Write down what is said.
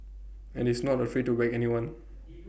and is not afraid to whack everyone